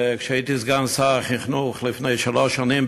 כשהייתי סגן שר החינוך לפני שלוש שנים,